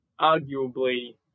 arguably